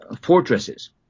fortresses